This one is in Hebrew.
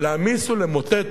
להמיס ולמוטט